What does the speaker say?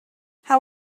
how